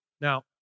Now